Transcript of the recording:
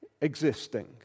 existing